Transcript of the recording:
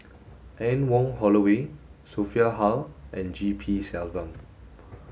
Anne Wong Holloway Sophia Hull and G P Selvam